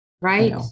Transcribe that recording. right